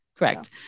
Correct